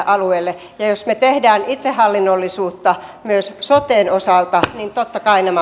alueelle jos me teemme itsehallinnollisuutta myös soten osalta niin totta kai nämä